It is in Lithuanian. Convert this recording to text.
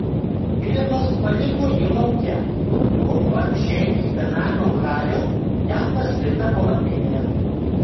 grifas paliko jį lauke o pats žengė į benamio hario jam paskirtą palapinę